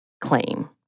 claim